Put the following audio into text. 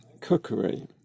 cookery